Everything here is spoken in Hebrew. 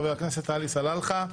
חבר הכנסת עלי סלאלחה.